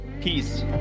peace